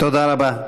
תודה רבה.